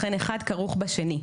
לכן אחד כרוך בשני,